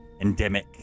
endemic